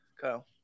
Kyle